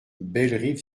bellerive